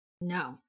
No